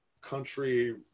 country